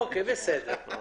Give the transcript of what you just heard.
אוקיי, בסדר.